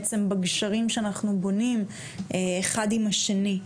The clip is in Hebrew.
בעצם בגשרים שאנחנו בונים אחד עם השני,